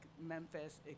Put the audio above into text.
Memphis